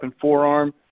forearm